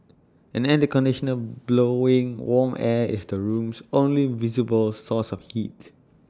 an air conditioner blowing warm air was the room's only visible source of heat